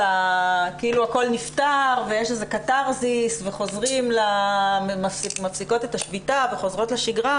כאילו הכול נפתר ויש איזה קתרזיס ומפסיקות את השביתה וחוזרות לשגרה